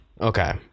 Okay